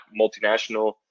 multinational